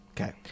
Okay